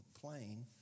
plane